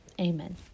Amen